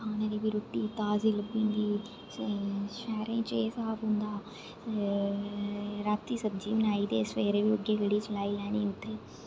खाने दी बी रुट्टी ताजी लब्भी जंदी शैह्रै च एह् स्हाब होंदा राती सब्जी बनाई ते सबेरे बी उ'ऐ केह्ड़ी चलाई लैनी